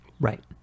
Right